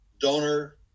donor